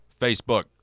Facebook